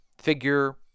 figure